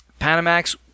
Panamax